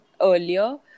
earlier